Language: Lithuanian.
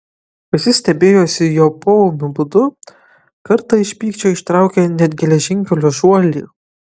visi stebėjosi jo poūmiu būdu kartą iš pykčio ištraukė net geležinkelio žuolį